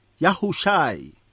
Yahushai